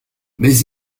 mais